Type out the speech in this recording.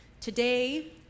Today